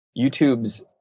YouTube's